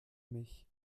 mich